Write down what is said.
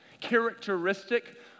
characteristic